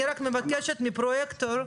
אני רק מבקשת מהפרויקטור,